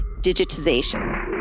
digitization